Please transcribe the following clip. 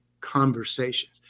conversations